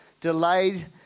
delayed